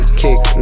kick